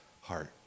heart